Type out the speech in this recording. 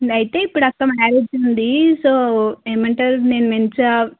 అయితే ఇప్పుడు అక్క మ్యారేజ్ ఉంది సో ఏమంటారు నేను మంచిగా